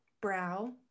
Brow